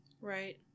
Right